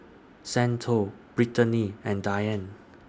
Santo Brittany and Diane